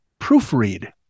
proofread